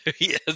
Yes